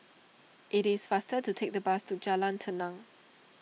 it is faster to take the bus to Jalan Tenang